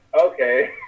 okay